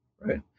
right